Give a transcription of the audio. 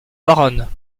baronne